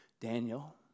Daniel